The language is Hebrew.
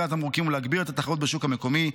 התמרוקים ולהגביר את התחרות בשוק המקומי.